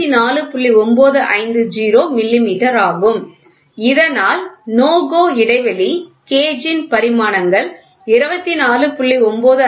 950 millimetre ஆகும் இதனால் NO GO இடைவெளி கேஜ் ன் பரிமாணங்கள் 24